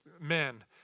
men